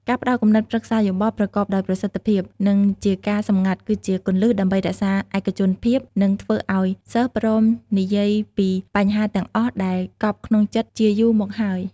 ការផ្តល់គំនិតប្រឹក្សាយោបល់ប្រកបដោយប្រសិទ្ធភាពនិងជាការសម្ងាត់គឺជាគន្លឹះដើម្បីរក្សាឯកជនភាព និងធ្វើឱ្យសិស្សព្រមនិយាយពីបញ្ហាទាំងអស់ដែលកប់ក្នុងចិត្តជាយូរមកហើយ។